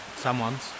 Someone's